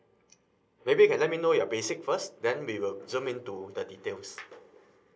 maybe you can let me know your basic first then we will jump into the details